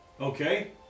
Okay